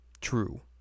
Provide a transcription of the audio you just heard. true